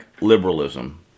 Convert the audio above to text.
liberalism